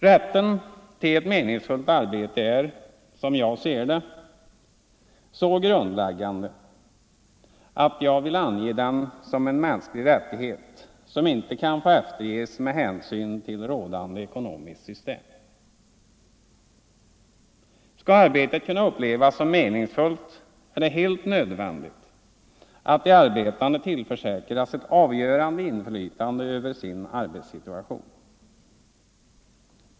Rätten till ett meningsfullt arbete är, som jag ser det, så grundläggande att jag vill ange den som en mänsklig rättighet som inte kan få efterges med hänsyn till rådande ekonomiska system. Skall arbetet kunna upplevas som meningsfullt är det helt nödvändigt att de arbetande tillförsäkras ett avgörande inflytande över sin arbetssituation.